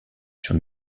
sur